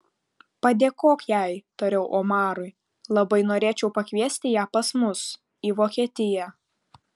padėkok jai tariau omarui labai norėčiau pakviesti ją pas mus į vokietiją